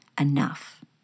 enough